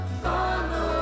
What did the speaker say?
follow